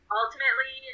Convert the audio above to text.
ultimately